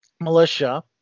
militia